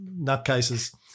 nutcases